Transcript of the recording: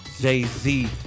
Jay-Z